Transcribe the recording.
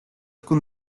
con